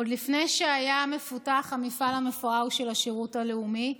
עוד לפני שהיה מפותח המפעל המפואר של השירות הלאומי,